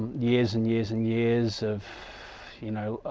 years and years and years of you know,